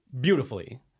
beautifully